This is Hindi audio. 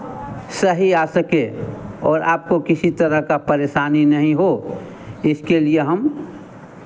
सही आ सके और आपको किसी तरह का परेशानी नहीं हो इसके लिए हम